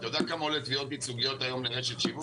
אתה יודע כמה עולות תביעות ייצוגיות היום לרשת שיווק?